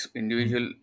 individual